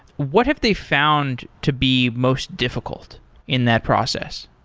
what have they found to be most difficult in that process?